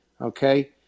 okay